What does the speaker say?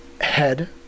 head